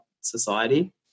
society